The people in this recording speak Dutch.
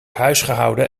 huisgehouden